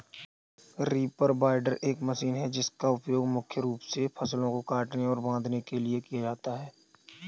reaper binder एक machine है जिसका उपयोग मुख्य रूप से फसलों को काटने और बांधने के लिए किया जाता है